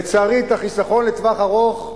לצערי, את החיסכון לטווח ארוך,